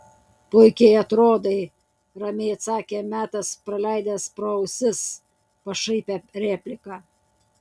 puikiai atrodai ramiai atsakė metas praleidęs pro ausis pašaipią repliką